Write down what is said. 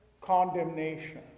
condemnation